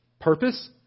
purpose